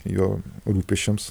jo rūpesčiams